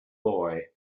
boy